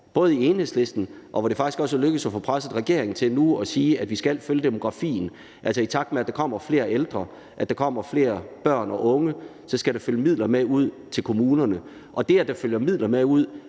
I Enhedslisten er det faktisk lykkedes at presse regeringen til nu at sige, at vi skal følge demografien. Altså, i takt med at der kommer flere ældre og der kommer flere børn og unge, skal der følge midler med ud til kommunerne, og det, at der følger midler med,